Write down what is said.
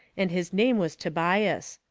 and his name was tobias.